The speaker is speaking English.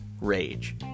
Rage